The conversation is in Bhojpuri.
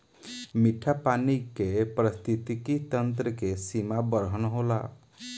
मीठा पानी के पारिस्थितिकी तंत्र के सीमा बरहन होला